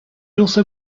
also